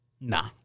Nah